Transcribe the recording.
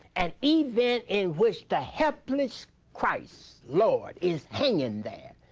an event in which the helpless christ lord is hanging there.